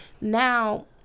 Now